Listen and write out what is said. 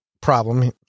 problem